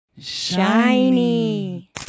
Shiny